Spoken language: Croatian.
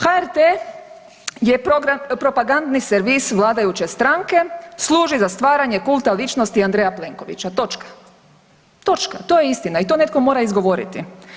HRT je propagandni servis vladajuće stranke, služi za stvaranje kulta ličnosti Andreja Plenkovića, točka, točka, to je istina i to netko mora izgovoriti.